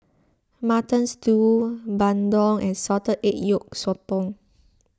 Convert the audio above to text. Mutton Stew Bandung and Salted Egg Yolk Sotong